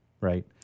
right